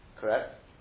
Correct